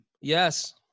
Yes